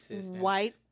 white